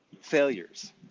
failures